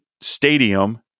Stadium